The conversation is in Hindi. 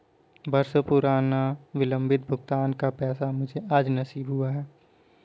बरसों पुराना विलंबित भुगतान का पैसा मुझे आज नसीब हुआ है